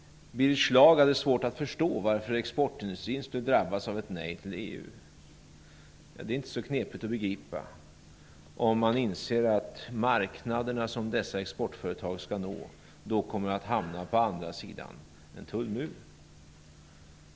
Birger Schlaug hade svårt att förstå varför exportindustrin skulle drabbas av ett nej till EU. Det är inte så knepigt att begripa om man inser att de marknader som dessa exportföretag skall nå då kommer att hamna på andra sidan av en tullmur.